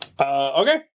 Okay